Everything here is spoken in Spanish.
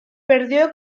perdió